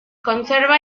conserva